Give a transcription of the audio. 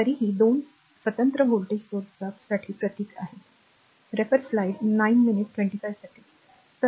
तरीही 2 स्वतंत्र व्होल्टेज स्त्रोतां साठी प्रतीक आहेत